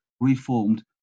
reformed